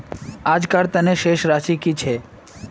आजकार तने शेष राशि कि छे?